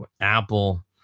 Apple